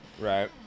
Right